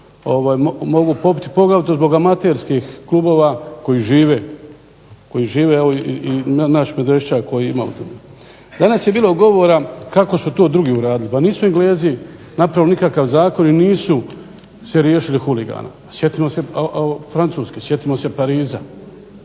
mogu popiti poglavito zbog amaterskih klubova koji žive i evo naš Medveščak koji ima u tome. Danas je bilo govora kako su to drugi uradili. Pa nisu Englezi napravili nikakav zakon i nisu se riješili huligana. Sjetimo se Francuske, sjetimo se Pariza,